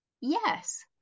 Yes